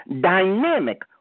dynamic